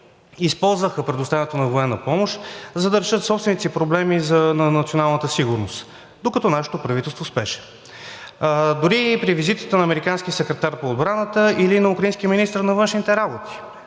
използваха предоставянето на военна помощ, за да решат собствените си проблеми на национална сигурност, докато нашето правителство, преди да излезем в почивка, спеше дори при визитата на американския секретар по отбраната и на украинския министър на външните работи.